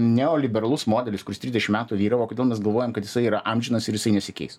neoliberalus modelis kuris trisdešim metų vyravo kodėl mes galvojam kad jisai yra amžinas ir jisai nesikeis